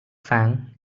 fang